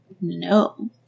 No